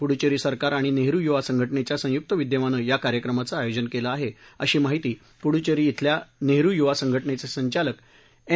पुद्चेरी सरकार आणि नेहरू युवा संघ जिच्या संयुक्त विद्यमाने या कार्यक्रमाचं आयोजन केलं आहे अशी माहिती पुदुचेरी इथल्या नेहरू युवा संघ जेचे संचालक एन